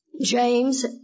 James